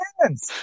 hands